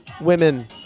women